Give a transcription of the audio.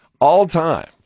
All-time